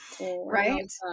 right